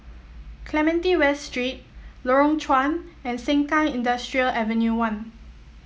Clementi West Street Lorong Chuan and Sengkang Industrial Ave one